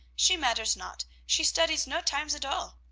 she matters not. she studies no times at all,